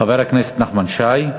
חבר הכנסת נחמן שי.